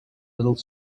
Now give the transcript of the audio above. little